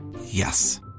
Yes